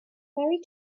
ferry